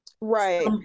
Right